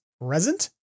present